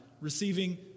receiving